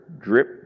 drip